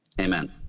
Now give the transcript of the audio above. Amen